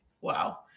wow